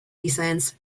descends